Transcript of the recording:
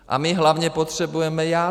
A my hlavně potřebujeme jádro.